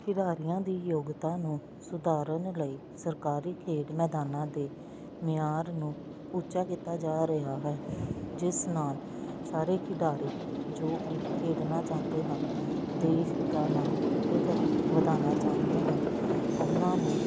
ਖਿਡਾਰੀਆਂ ਦੀ ਯੋਗਤਾ ਨੂੰ ਸੁਧਾਰਨ ਲਈ ਸਰਕਾਰੀ ਖੇਡ ਮੈਦਾਨਾ ਦੇ ਮਿਆਰ ਨੂੰ ਉੱਚਾ ਕੀਤਾ ਜਾ ਰਿਹਾ ਹੈ ਜਿਸ ਨਾਲ ਸਾਰੇ ਖਿਡਾਰੀ ਜੋ ਕਿ ਖੇਡਣਾ ਚਾਹੁੰਦੇ ਹਨ ਦੇਸ਼ ਦਾ ਨਾਮ ਅੱਗੇ ਕਰ ਵਧਾਉਣਾ ਚਾਹੁੰਦੇ ਹਨ ਉਹਨਾਂ ਨੂੰ